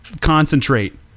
concentrate